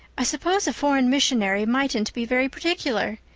i suppose a foreign missionary mightn't be very particular.